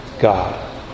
God